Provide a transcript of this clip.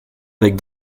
avec